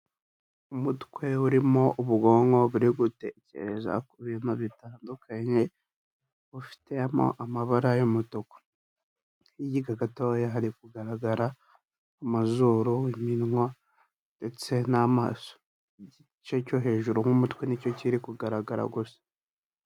Umutwe urimo ubwonko buri gutekereza ku bintu bitandukanye, bufitemo amabara y'umutuku. Hirya gatoya hari kugaragara amazuru, iminwa ndetse n'amaso. Igice cyo hejuru nk'umutwe nicyo kiri kugaragara gusa.